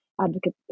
advocate